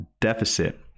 deficit